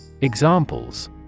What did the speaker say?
Examples